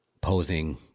posing